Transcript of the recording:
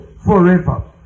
forever